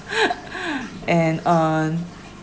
and on